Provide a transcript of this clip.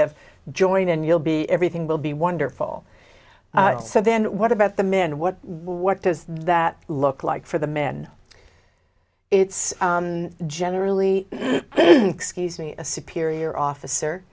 of join and you'll be everything will be wonderful so then what about the men what does that look like for the men it's generally excuse me a superior officer